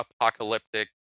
apocalyptic